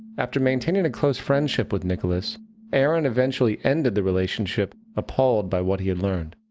after maintaining a close friendship with nicholas aaron eventually ended the relationship, appalled by what he had learn.